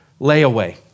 layaway